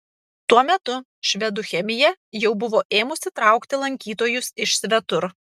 tuo metu švedų chemija jau buvo ėmusi traukti lankytojus iš svetur